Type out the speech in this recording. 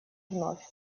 вновь